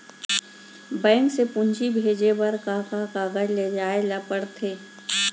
Bank से पूंजी भेजे बर का का कागज ले जाये ल पड़थे?